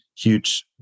huge